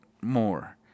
more